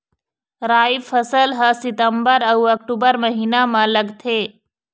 राई फसल हा सितंबर अऊ अक्टूबर महीना मा लगथे